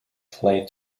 plate